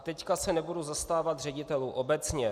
Teď se nebudu zastávat ředitelů obecně.